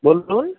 বলুন